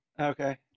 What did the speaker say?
Okay